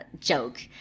joke